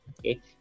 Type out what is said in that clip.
Okay